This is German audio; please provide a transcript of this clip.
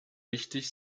wichtig